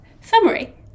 summary